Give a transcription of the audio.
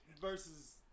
versus